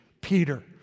Peter